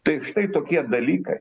tai štai tokie dalykai